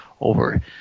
over